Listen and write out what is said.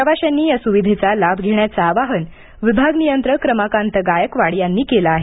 प्रवाशांनी या सुविधेचा लाभ घेण्याचं आवाहन विभाग नियंत्रक रमाकांत गायकवाड यांनी केलं आहे